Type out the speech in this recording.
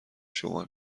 شما